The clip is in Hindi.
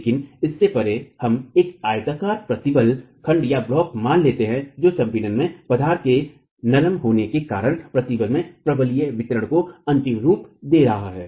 लेकिन इससे परे हम एक आयताकार प्रतिबल खंडब्लॉक मान लेते हैं जो संपीड़न में पदार्थ के नरम होने के कारण प्रतिबल के परवलयिक वितरण को अंतिम रूप दे रहा है